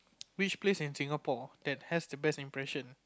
which place in Singapore that has the best impression